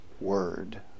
word